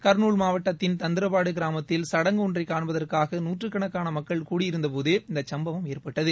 கர்நூல் மாவட்டத்தின் தந்திரபாடு கிராமத்தில் சடங்கு ஒன்றை காண்பதற்காக நூற்றுக்கணக்கான மக்கள் கூடி இருந்தபோது இந்த சம்பவம் ஏற்பட்டது